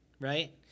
right